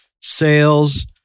sales